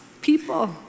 people